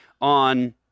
on